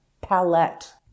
palette